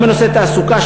גם בנושא התעסוקה,